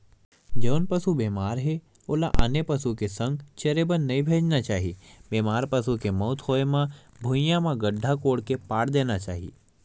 जेन पसु बेमार हे ओला आने पसु के संघ चरे बर नइ भेजना चाही, बेमार पसु के मउत होय म भुइँया म गड्ढ़ा कोड़ के पाट देना चाही